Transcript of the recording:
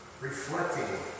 reflecting